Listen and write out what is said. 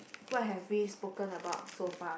what have we spoken about so far